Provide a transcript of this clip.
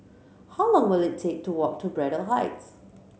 how long will it take to walk to Braddell Heights